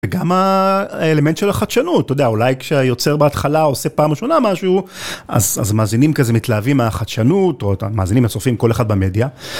וגם האלמנט של החדשנות, אתה יודע, אולי כשיוצר בהתחלה עושה פעם ראשונה משהו, אז מאזינים כזה מתלהבים מהחדשנות, או המאזינים, הצופים כל אחד במדיה.